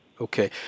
Okay